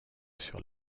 sur